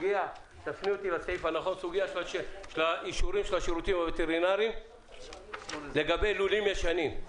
הסוגיה של האישורים של השירותים הווטרינרים לגבי לולים ישנים.